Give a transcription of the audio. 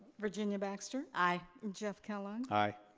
virginia baxter. i. jeff kellogg. i.